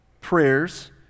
prayers